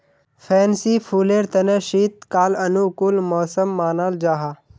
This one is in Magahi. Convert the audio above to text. फैंसी फुलेर तने शीतकाल अनुकूल मौसम मानाल जाहा